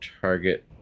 Target